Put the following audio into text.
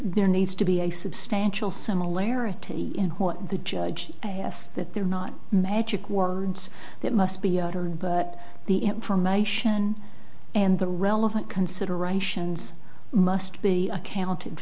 there needs to be a substantial similarity in what the judge has that they're not magic words that must be uttered but the information and the relevant considerations must be accounted